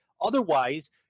Otherwise